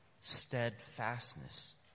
steadfastness